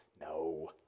No